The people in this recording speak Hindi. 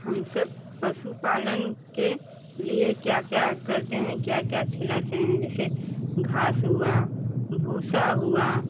हम सब पशु पालन के लिए क्या क्या करते हैं क्या क्या खिलाते हैं जैसे घास हुआ भूसा हुआ